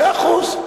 מאה אחוז.